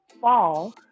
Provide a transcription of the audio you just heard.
fall